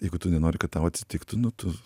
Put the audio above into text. jeigu tu nenori kad tau atsitiktų nu tu